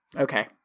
Okay